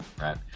right